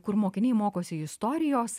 kur mokiniai mokosi istorijos